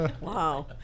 Wow